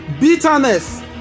Bitterness